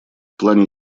плане